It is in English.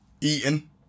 Eaten